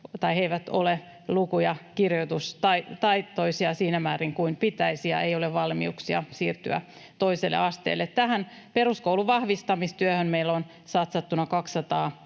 jotka eivät ole luku- ja kirjoitustaitoisia siinä määrin kuin pitäisi ja joilla ei ole valmiuksia siirtyä toiselle asteelle. Tähän peruskoulun vahvistamistyöhön, tukeen nuorille meillä on satsattuna 200